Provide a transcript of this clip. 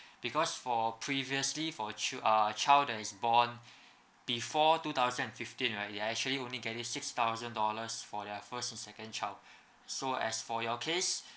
because for previously for chil~ uh child that is born before two thousand fifteen right it actually only getting six thousand dollars for their first and second child so as for your case